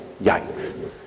Yikes